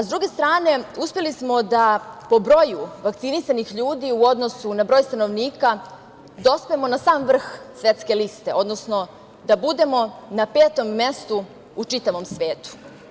S druge strane, uspeli smo da po broju vakcinisanih ljudi u odnosu na broj stanovnika dospemo na sam vrh svetske liste, odnosno da budemo na petom mestu u čitavom svetu.